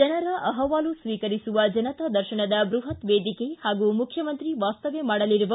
ಜನರ ಅಪವಾಲು ಸ್ವೀಕರಿಸುವ ಜನತಾ ದರ್ಶನದ ಬೃಹತ್ ವೇದಿಕೆ ಪಾಗೂ ಮುಖ್ಯಮಂತ್ರಿ ವಾಸ್ತವ್ಯ ಮಾಡಲಿರುವ